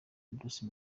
bruce